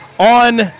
On